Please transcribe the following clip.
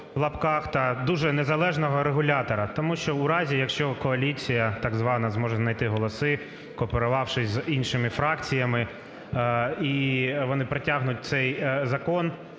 дуже незалежного регулятора. Тому що у разі, якщо коаліція так звана зможе знати голоси, кооперувавшись з іншими фракціями, і вони протягнуть цей закон,